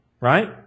right